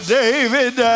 david